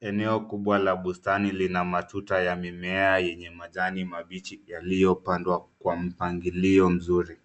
Eneo kubwa la bustani lina matuta ya mimea yenye majani mabichi yaliyopandwa kwa mpangilio mzuri.